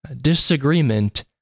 Disagreement